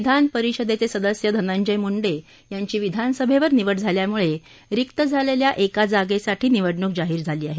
विधान परिषदेचे सदस्य धनजय मुंडे यांची विधानसभेवर निवड झाल्यामुळे रिक्त झालेल्या एका जागेसाठी निवडणूक जाहीर झाली आहे